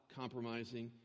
compromising